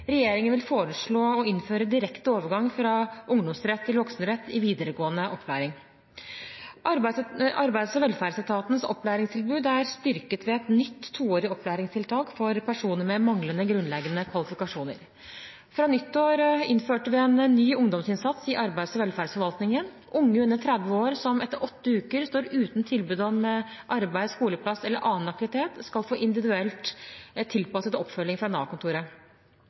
Regjeringen vil foreslå å innføre direkte overgang fra ungdomsrett til voksenrett i videregående opplæring. Arbeids- og velferdsetatens opplæringstilbud er styrket ved et nytt toårig opplæringstiltak for personer med manglende grunnleggende kvalifikasjoner. Fra nyttår innførte vi en ny ungdomsinnsats i arbeids- og velferdsforvaltningen. Unge under 30 år som etter åtte uker står uten tilbud om arbeid, skoleplass eller annen aktivitet, skal få individuelt tilpasset oppfølging fra